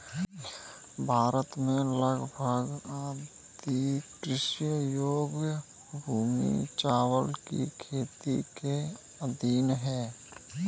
भारत में लगभग आधी कृषि योग्य भूमि चावल की खेती के अधीन है